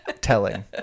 Telling